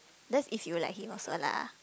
that's if you like him also lah